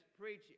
preach